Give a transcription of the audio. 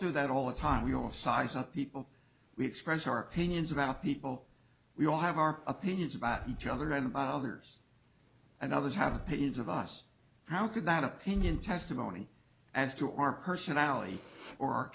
do that all the time we all size up people we express our opinions about people we all have our opinions about each other and about others and others have opinions of us how could that opinion testimony as to our personality or